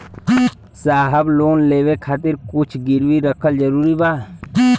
साहब लोन लेवे खातिर कुछ गिरवी रखल जरूरी बा?